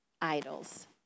idols